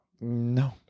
No